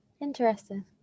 interesting